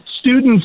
students